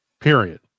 period